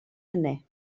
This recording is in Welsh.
hynny